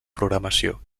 programació